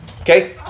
okay